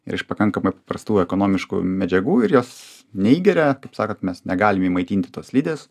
yra iš pakankamai paprastų ekonomiškų medžiagų ir jos neįgeria kaip sakant mes negalim įmaitinti tos slidės